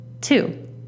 Two